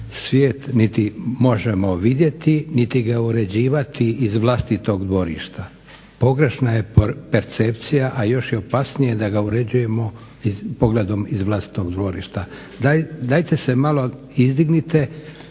Svijet niti možemo vidjeti, niti ga uređivati iz vlastitog dvorišta. Pogrešna je percepcija, a još je opasnije da ga uređujemo pogledom iz vlastitog dvorišta. Dajte se malo izdignite.